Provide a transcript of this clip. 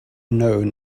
known